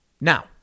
Now